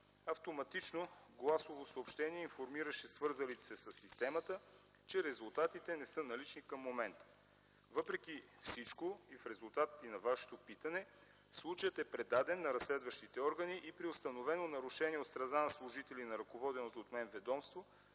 Автоматично гласово съобщение информираше свързалите се със системата, че резултатите не са налични към момента. Въпреки всичко, в резултат и на Вашето питане случаят е предаден на разследващите органи. При установено нарушение от страна на служители на ръководеното от мен ведомство